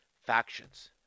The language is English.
Factions